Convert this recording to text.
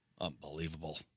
Unbelievable